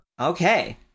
Okay